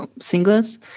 singles